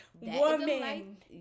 woman